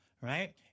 right